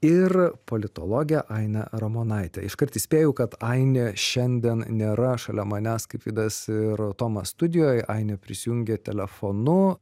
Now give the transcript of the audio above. ir politologe aine ramonaite iškart įspėju kad ainė šiandien nėra šalia manęs kaip vidas ir tomas studijoje ainė prisijungė telefonu